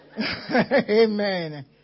Amen